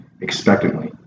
expectantly